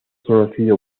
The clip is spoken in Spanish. conocido